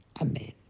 amen